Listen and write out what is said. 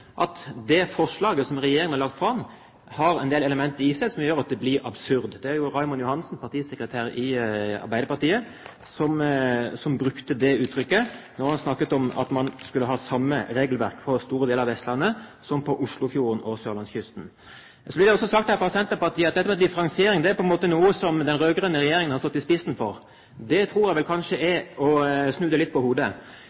at det forslaget som regjeringen har lagt fram, har en del elementer i seg som gjør at det blir absurd. Raymond Johansen, partisekretær i Arbeiderpartiet, brukte det uttrykket da han snakket om at man skulle ha samme regelverk for store deler av Vestlandet som for Oslofjorden og sørlandskysten. Det blir også sagt her, fra Senterpartiet, at dette med differensiering på en måte er noe som den rød-grønne regjeringen har stått i spissen for. Det tror jeg vel kanskje